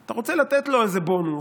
אתה רוצה לתת לו איזה בונוס,